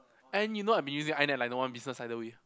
and you know I have been using I net like no one's business by the way